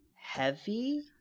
heavy